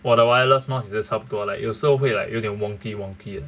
我的 wireless mouse 也是差不多 like 有时候会 like 有点 wonky wonky 的